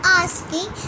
asking